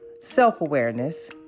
self-awareness